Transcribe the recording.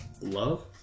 love